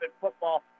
football